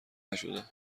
نشده